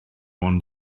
ond